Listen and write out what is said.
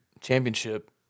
championship